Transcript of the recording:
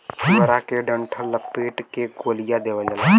पुआरा के डंठल लपेट के गोलिया देवला